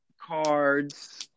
cards